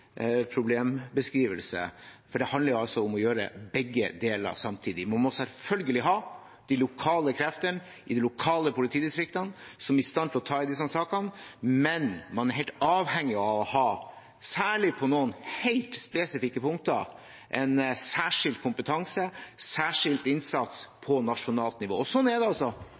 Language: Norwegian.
problembeskrivelse, for det handler altså om å gjøre begge deler samtidig. Man må selvfølgelig ha de lokale kreftene i de lokale politidistriktene som er i stand til å ta i disse sakene, men man er helt avhengig, særlig på noen helt spesifikke punkter, av å ha en særskilt kompetanse og særskilt innsats på nasjonalt nivå.